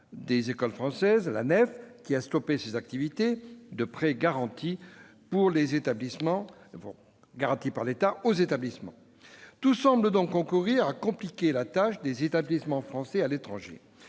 des écoles françaises de l'étranger, l'ANEFE, ait stoppé ses activités de prêts garantis par l'État aux établissements ? Tout semble concourir à compliquer la tâche des établissements français à l'étranger,